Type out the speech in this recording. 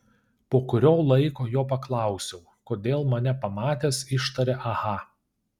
po kurio laiko jo paklausiau kodėl mane pamatęs ištarė aha